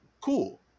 cool